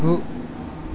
गु